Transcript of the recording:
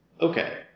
Okay